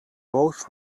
both